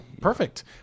Perfect